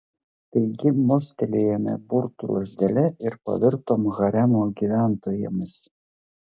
taigi mostelėjome burtų lazdele ir pavirtom haremo gyventojomis